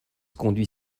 conduit